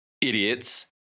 idiots